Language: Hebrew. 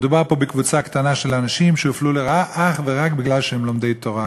מדובר פה בקבוצה קטנה של אנשים שהופלו לרעה אך ורק בגלל שהם לומדי תורה.